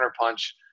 counterpunch